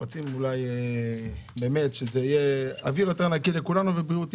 רוצים אוויר נקי יותר לכולנו ובריאות,